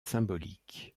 symbolique